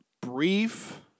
Brief